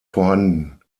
vorhanden